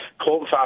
Colton